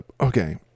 okay